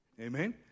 Amen